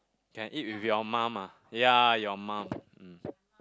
can eat with your mum ah ya your mum hmm